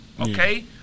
Okay